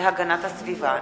והגנת הסביבה.